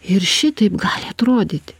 ir šitaip gali atrodyti